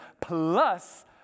plus